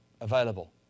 available